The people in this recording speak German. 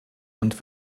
und